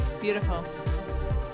beautiful